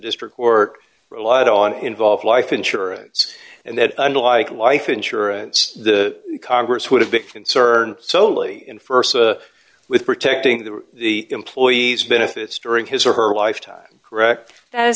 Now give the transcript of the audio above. district court relied on involve life insurance and that unlike life insurance the congress would have big concern solely in st with protecting the the employees benefits during his or her lifetime correct a